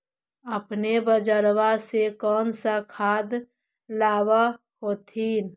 अपने बजरबा से कौन सा खदबा लाब होत्थिन?